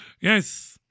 Yes